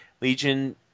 Legion